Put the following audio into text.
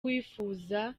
uwifuza